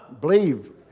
Believe